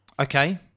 Okay